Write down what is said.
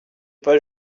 pas